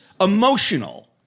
emotional